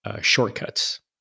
Shortcuts